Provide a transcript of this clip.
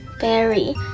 berry